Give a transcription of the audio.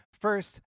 First